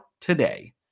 today